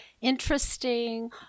interesting